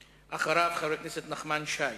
אחריו, חברי הכנסת נחמן שי,